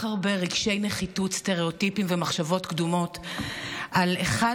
הרבה רגשי נחיתות סטריאוטיפיים ומחשבות קדומות על אחד